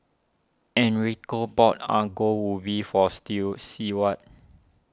Enrico bought Ongol Ubi for Stew Seward